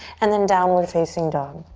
and then downward facing dog.